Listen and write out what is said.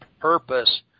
purpose